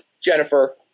Jennifer